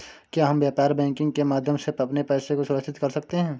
क्या हम व्यापार बैंकिंग के माध्यम से अपने पैसे को सुरक्षित कर सकते हैं?